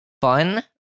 fun